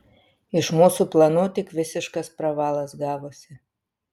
iš mūsų planų tik visiškas pravalas gavosi